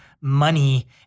money